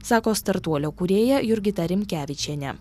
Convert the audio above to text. sako startuolio kūrėja jurgita rimkevičienė